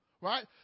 Right